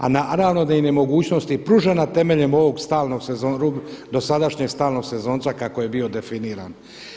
A naravno da im je mogućnost i pružena temeljem ovog stalnog dosadašnjeg stalnog sezonca kako je bio definiran.